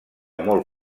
molt